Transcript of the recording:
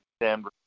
Denver